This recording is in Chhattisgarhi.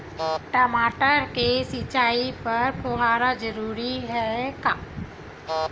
टमाटर के सिंचाई बर फव्वारा जरूरी हे का?